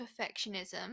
perfectionism